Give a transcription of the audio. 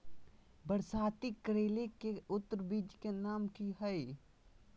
बरसाती करेला के उन्नत बिज के नाम की हैय?